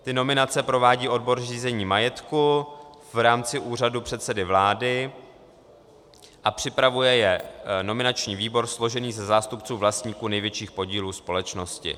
Ty nominace provádí odbor řízení majetku v rámci úřadu předsedy vlády a připravuje je nominační výbor složený ze zástupců vlastníků největších podílů společnosti.